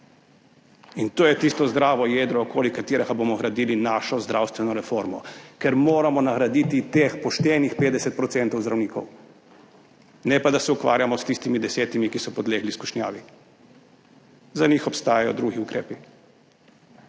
In to je tisto zdravo jedro, okoli katerega bomo gradili našo zdravstveno reformo, ker moramo nagraditi teh poštenih 50 % zdravnikov, ne pa da se ukvarjamo s tistimi 10, ki so podlegli skušnjavi, za njih obstajajo drugi ukrepi.